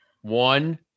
One